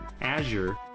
Azure